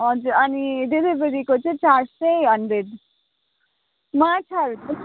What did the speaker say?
हजुर अनि डेलिभरीको चार्ज चाहिँ हन्ड्रेड माछाहरू छ